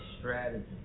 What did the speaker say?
strategy